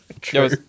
True